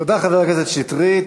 תודה, חבר הכנסת שטרית.